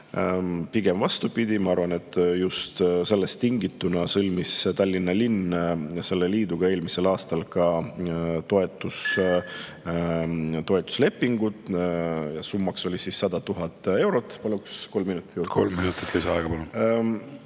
Pigem vastupidi! Ma arvan, et just sellest tingituna sõlmis Tallinna linn selle liiduga eelmisel aastal ka toetuslepingu. Summaks oli 100 000 eurot. Paluks kolm minutit juurde. Kolm minutit lisaaega, palun!